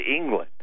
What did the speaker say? England